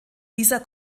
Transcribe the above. dieser